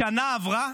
שנה עברה,